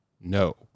No